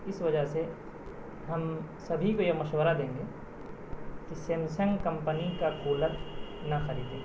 اس وجہ سے ہم سبھی کو یہ مشورہ دیں گے کہ سیمسنگ کمپنی کا کولر نہ خریدیں